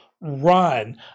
run